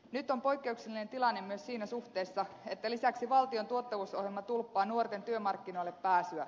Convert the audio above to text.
nyt on poikkeuksellinen tilanne myös siinä suhteessa että lisäksi valtion tuottavuusohjelma tulppaa nuorten työmarkkinoille pääsyä